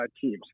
teams